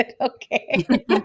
okay